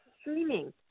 streaming